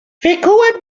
wykułem